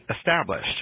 established